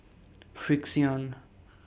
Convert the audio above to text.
Frixion